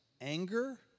anger